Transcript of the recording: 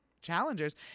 challengers